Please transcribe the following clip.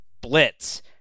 blitz